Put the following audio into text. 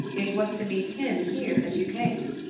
it was to meet him here that you came?